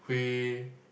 we